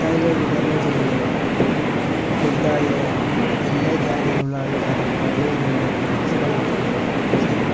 മുട്ടായികള് വിതരണം ചെയ്യുകയും പെരുന്നാളിന് എല്ലാ ജാതിയിലുള്ള ആള്ക്കാര്ക്കും പള്ളിയില് നിന്നു ഭക്ഷണം കൊടുക്കുകയും ചെയ്യും